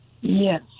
Yes